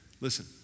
Listen